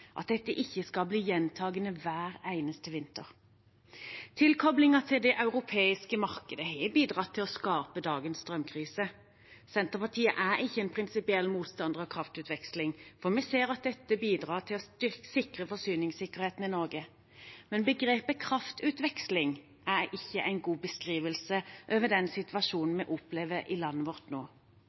at dette ikke skal bli gjentakende hver eneste vinter. Tilkoblingen til det europeiske markedet har bidratt til å skape dagens strømkrise. Senterpartiet er ikke en prinsipiell motstander av kraftutveksling, for vi ser at dette bidrar til å sikre forsyningssikkerheten i Norge, men begrepet «kraftutveksling» er ikke en god beskrivelse av den situasjonen vi opplever i landet vårt nå.